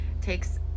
takes